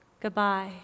goodbye